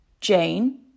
Jane